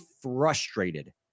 frustrated